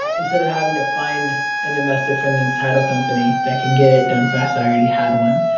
ah instead of having to find an investor friendly title company that can get it done fast, i already had one.